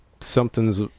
something's